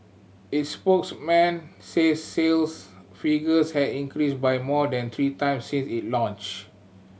its spokesman says sales figures have increased by more than three times since it launched